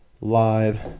live